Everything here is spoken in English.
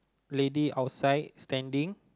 lady outside standing